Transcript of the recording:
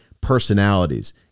personalities